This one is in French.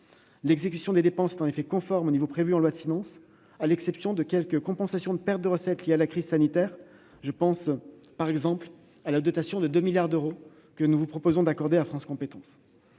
L'exécution des dépenses sera conforme au niveau prévu dans la loi de finances initiale, à l'exception de quelques compensations de pertes de recettes liées à la crise sanitaire. Il s'agit par exemple de la dotation de 2 milliards d'euros que nous vous proposons d'accorder à France compétences.